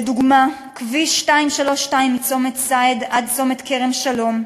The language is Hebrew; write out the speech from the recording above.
לדוגמה, כביש 232 מצומת סעד עד צומת כרם-שלום: